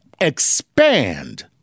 expand